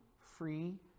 free